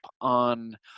on